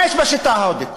מה יש בשיטה ההודית?